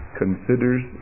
considers